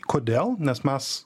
kodėl nes mes